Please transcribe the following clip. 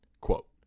Quote